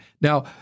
Now